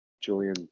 Julian